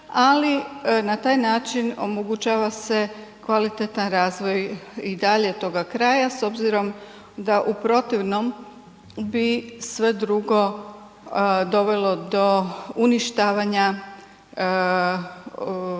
ali na taj način omogućava se kvalitetan razvoj i dalje toga kraja s obzirom da u protivnom bi sve drugo dovelo do uništavanja prirodne